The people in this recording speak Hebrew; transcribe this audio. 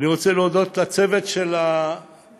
אני רוצה להודות לצוות של הקואליציה.